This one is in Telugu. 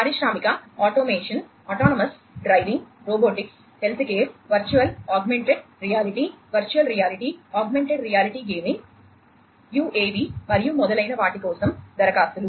పారిశ్రామిక ఆటోమేషన్ అటానమస్ డ్రైవింగ్ మరియు మొదలైన వాటి కోసం దరఖాస్తులు